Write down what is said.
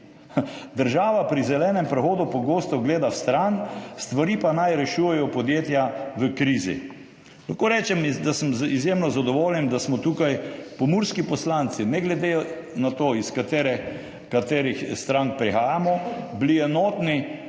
Država pri zelenem prehodu pogosto gleda vstran, stvari pa naj rešujejo podjetja v krizi. Lahko rečem, da sem izjemno zadovoljen, da smo bili tukaj pomurski poslanci ne glede na to, iz katerih strank prihajamo, enotni